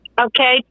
Okay